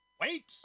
Wait